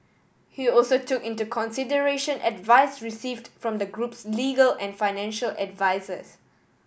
it also took into consideration advice received from the group's legal and financial advisers